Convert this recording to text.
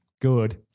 good